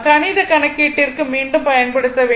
கணித கணக்கீட்டிற்கு மட்டும் பயன்படுத்த வேண்டும்